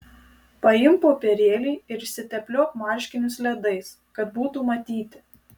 paimk popierėlį ir išsitepliok marškinius ledais kad būtų matyti